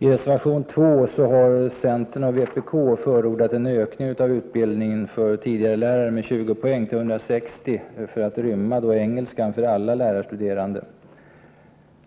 I reservation 2 har centern och vpk förordat en ökning av utbildningen för tidigarelärare med 20 poäng till 160 för att rymma engelskan för alla lärarstuderande.